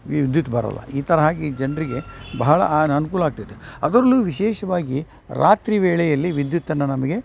ವಿದ್ಯುತ್ ಬರಲ್ಲ ಈ ಥರ ಆಗಿ ಜನರಿಗೆ ಬಹಳ ಆನಾನುಕೂಲ ಆಗ್ತೈತೆ ಅದರಲ್ಲೂ ವಿಶೇಷವಾಗಿ ರಾತ್ರಿ ವೇಳೆಯಲ್ಲಿ ವಿದ್ಯುತ್ತನ್ನ ನಮಗೆ